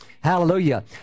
Hallelujah